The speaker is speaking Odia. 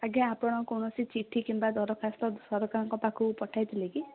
ଆଜ୍ଞା ଆପଣ କୌଣସି ଚିଠି କିମ୍ବା ଦରଖାସ୍ତ ସରକାରଙ୍କ ପାଖକୁ ପଠାଇଥିଲେ କି